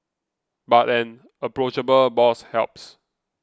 but an approachable boss helps